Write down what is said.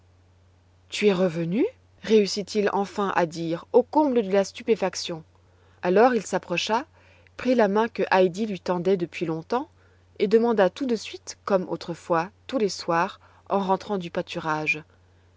tu es revenue réussit il enfin à dire au comble de la stupéfaction alors il s'approcha prit la main que heidi lui tendait depuis longtemps et demanda tout de suite comme autrefois tous les soirs en rentrant du pâturage